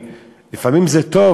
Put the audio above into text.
לפעמים זה טוב,